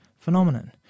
phenomenon